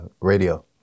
radio